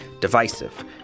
divisive